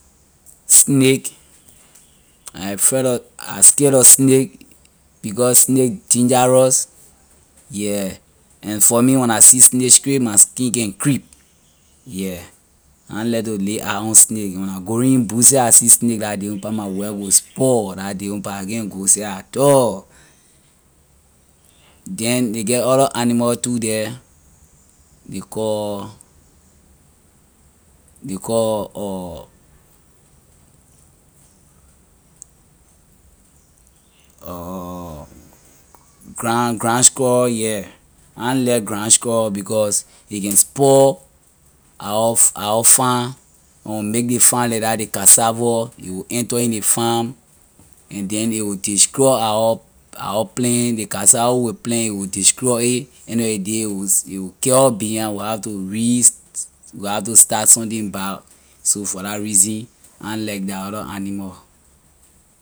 Snake I afraid lor I scare lor snake because snake dangerous yeah and for me when I see snake seh my skin can creep yeah I na like to lay eye on snake when I going in bush seh I see snake la day pah my work will spoil la own pah I can't go seh at all then ley get other animal too the ley call ley call ground ground squirrel yeah I na like ground squirrel because a can spoil our our farm when we make ley farm like that ley cassava a will enter in ley farm and then a will destroy our our plant ley cassava where we will plant a will destroy it end of ley day a will carry us behind we have to res- we have to start something back. so for la reason I na like that other animal.